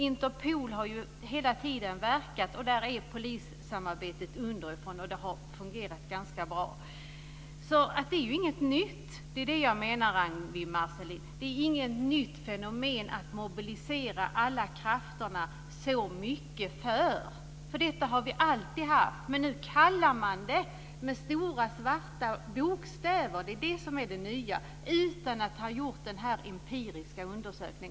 Interpol har hela tiden varit verksamt i ett polissamarbete underifrån, och det har fungerat ganska bra. Jag menar alltså, Ragnwi Marcelind, att detta inte är något nytt fenomen att mobilisera alla krafter så mycket för. Detta har vi alltid haft, men nu skriver man om det med stora svarta bokstäver. Det är det som är det nya, och det har skett utan att man har gjort en empirisk undersökning.